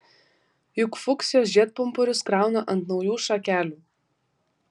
juk fuksijos žiedpumpurius krauna ant naujų šakelių